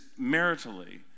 maritally